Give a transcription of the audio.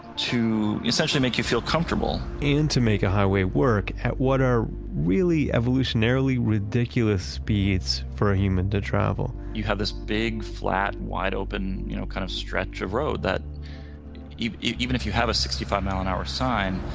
to essentially make you feel comfortable and to make a highway work at what are really evolutionarily ridiculous speeds for a human to travel you have this big flat wide open you know kind of stretch of road that even if you have a sixty five mile an hour sign,